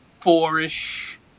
four-ish